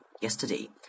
yesterday